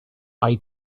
eye